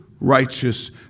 righteous